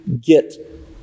get